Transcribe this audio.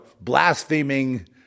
blaspheming